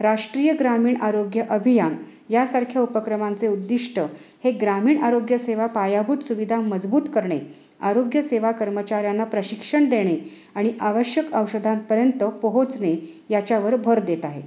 राष्ट्रीय ग्रामीण आरोग्य अभियान यासारख्या उपक्रमांचे उद्दिष्ट हे ग्रामीण आरोग्यसेवा पायाभूत सुविधा मजबूत करणे आरोग्यसेवा कर्मचाऱ्यांना प्रशिक्षण देणे आणि आवश्यक औषधांपर्यंत पोहोचणे याच्यावर भर देत आहे